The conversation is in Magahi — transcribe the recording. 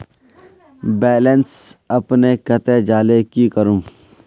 बैलेंस अपने कते जाले की करूम?